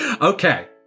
Okay